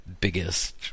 biggest